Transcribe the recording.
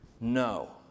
No